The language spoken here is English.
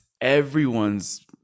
everyone's